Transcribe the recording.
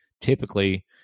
typically